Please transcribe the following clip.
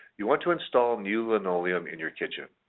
you want to install new linoleum in your kitchen,